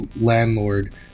landlord